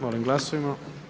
Molim glasujmo.